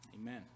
Amen